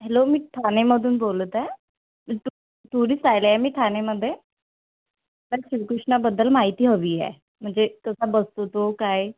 hello मी थाण्यामधून बोलत आहे तु टुरिस्ट आले आहे मी थाण्यामध्ये श्रीकृष्णाबद्दल माहिती हवी म्हणजे कसा बसतो तो काय